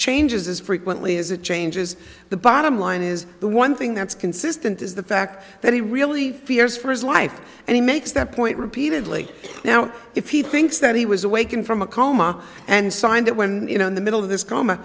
changes as frequently as it changes the bottom line is the one thing that's consistent is the fact that he really fears for his life and he makes that point repeatedly now if he thinks that he was awaken from a coma and signed it when you know in the middle of this coma